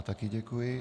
Také děkuji.